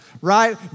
right